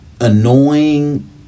annoying